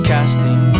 Casting